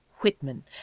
Whitman